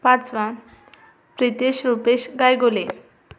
पाचवा प्रीतेश रुपेश दायगोले